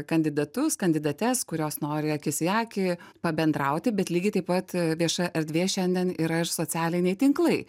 kandidatus kandidates kurios nori akis į akį pabendrauti bet lygiai taip pat vieša erdvė šiandien yra ir socialiniai tinklai